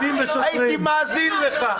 הייתי מאזין לך.